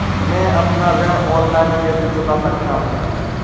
मैं अपना ऋण ऑनलाइन कैसे चुका सकता हूँ?